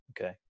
Okay